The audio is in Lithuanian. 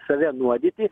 save nuodyti